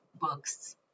books